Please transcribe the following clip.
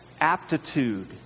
aptitude